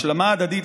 להשלמה הדדית,